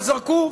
אבל זרקו,